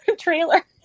trailer